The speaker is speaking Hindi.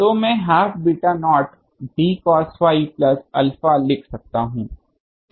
तो मैं half beta naught d cos phi plus alpha लिख सकता हूँ